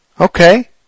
Okay